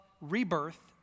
rebirth